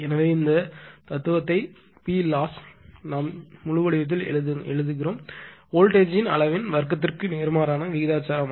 எனவே அதே தத்துவத்தை Ploss முழு வடிவத்தில் எழுதுங்கள் வோல்டேஜ் யை ன் அளவின் வர்க்கத்திற்கு நேர்மாறான விகிதாச்சாரம்